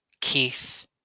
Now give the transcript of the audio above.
Keith